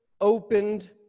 opened